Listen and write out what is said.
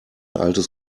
altes